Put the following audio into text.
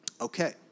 Okay